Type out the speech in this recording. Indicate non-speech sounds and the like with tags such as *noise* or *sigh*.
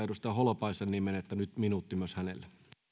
*unintelligible* edustaja holopaisen niin myönnetään yksi minuutti myös hänelle